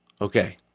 Okay